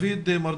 מינהל